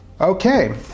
Okay